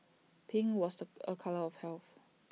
pink was A colour of health